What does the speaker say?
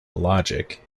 logic